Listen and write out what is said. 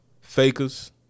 fakers